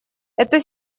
это